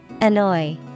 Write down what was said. Annoy